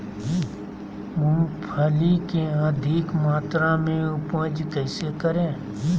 मूंगफली के अधिक मात्रा मे उपज कैसे करें?